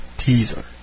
Teaser